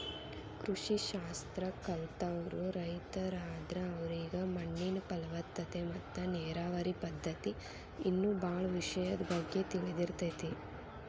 ಕೃಷಿ ಶಾಸ್ತ್ರ ಕಲ್ತವ್ರು ರೈತರಾದ್ರ ಅವರಿಗೆ ಮಣ್ಣಿನ ಫಲವತ್ತತೆ ಮತ್ತ ನೇರಾವರಿ ಪದ್ಧತಿ ಇನ್ನೂ ಬಾಳ ವಿಷಯದ ಬಗ್ಗೆ ತಿಳದಿರ್ತೇತಿ